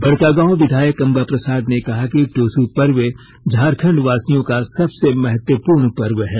बडकागांव विधायक अम्बा प्रसाद ने कहा कि ट्रसू पर्व झारखंडियों का सबसे महत्वपूर्ण पर्व है